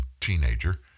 teenager